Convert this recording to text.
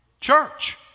church